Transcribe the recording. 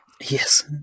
Yes